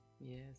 Yes